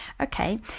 Okay